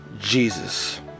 Jesus